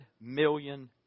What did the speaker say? million